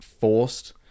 forced